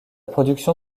production